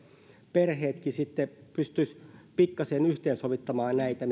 perheetkin hajonneetkin perheet sitten pystyisivät pikkasen yhteen sovittamaan näitä